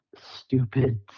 stupid